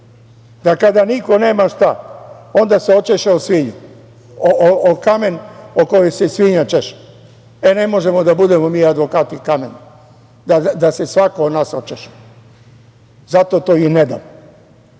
da kada niko nema šta, onda se očeše o kamen o koji se i svinja češe. E, ne možemo da budemo mi advokati kamen, da se svako o nas očeše, zato to i ne dam. Ali